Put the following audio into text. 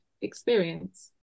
experience